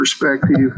perspective